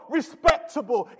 respectable